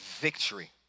victory